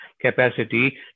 capacity